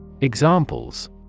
Examples